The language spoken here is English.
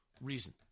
reason